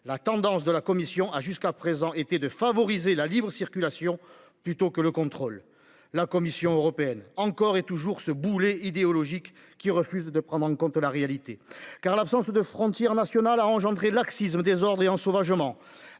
La tendance de la commission a jusqu'à présent était de favoriser la libre-circulation plutôt que le contrôle la Commission européenne, encore et toujours ce boulet idéologique qui refuse de prendre en compte la réalité car l'absence de frontières nationales, a engendré de laxisme désordre et ensauvagement